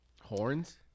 horns